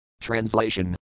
Translation